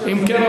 אם כן,